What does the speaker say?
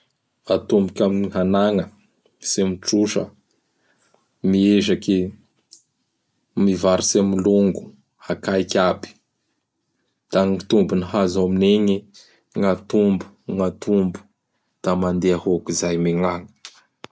Atomboky am hanagna tsy mitrosa. Miezaky mivarotsy amin'gny longo akaiky aby. Da gn ny tombony hazo amin'igny gn' atombo, gn' atombo. Da mandeha hôkizay megnagny.